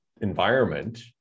environment